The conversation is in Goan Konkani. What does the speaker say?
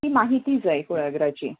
की माहिती जाय कुळागराची